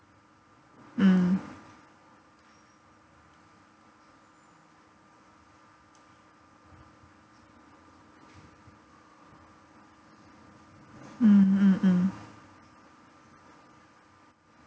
mm mm mm mm